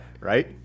right